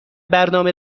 برنامه